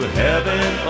heaven